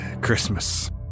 Christmas